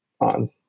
on